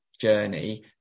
journey